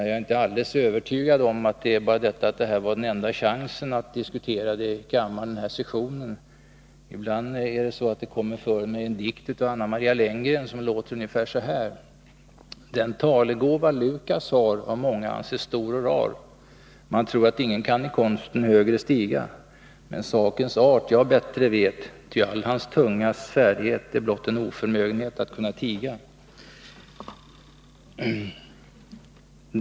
Jag är inte alldeles övertygad om att det var enbart därför att dagens debatt är enda chansen att göra det i kammaren den här sessionen. Ibland kommer det för mig en dikt av Anna Maria Lenngren som lyder ungefär så här: av många anses stor och rar. Man tror att ingen kan i konsten högre stiga, men sakens art jag bättre vet, ty all hans tungas färdighet är blott en oförmögenhet att kunna tiga.